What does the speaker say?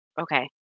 Okay